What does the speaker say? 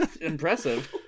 impressive